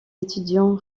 étudiants